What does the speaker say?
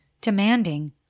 demanding